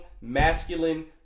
masculine